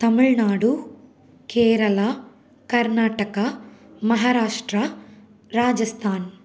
Tamil Nadu Kerala Karnataka Maharashtra Rajasthan